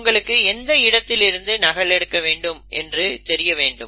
உங்களுக்கு எந்த இடத்திலிருந்து நகல் எடுக்க வேண்டும் என்பது தெரிய வேண்டும்